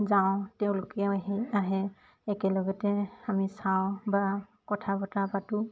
যাওঁ তেওঁলোকেও আহেই আহে একেলগতে আমি চাওঁ বা কথা বতৰা পাতোঁ